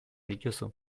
dituzu